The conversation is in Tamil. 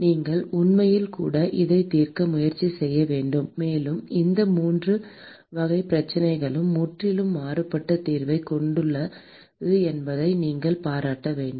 நீங்கள் உண்மையில் கூட அதை தீர்க்க முயற்சி செய்ய வேண்டும் மேலும் இந்த 3 வகை பிரச்சனைகளும் முற்றிலும் மாறுபட்ட தீர்வைக் கொண்டுள்ளன என்பதை நீங்கள் பாராட்ட வேண்டும்